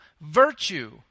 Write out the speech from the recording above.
virtue